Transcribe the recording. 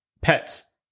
pets